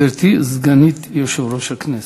גברתי סגנית יושב-ראש הכנסת.